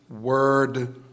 Word